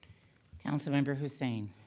councilmember hussain.